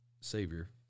Savior